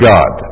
God